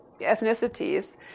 ethnicities